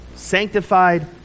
sanctified